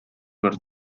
ver